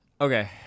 Okay